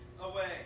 Away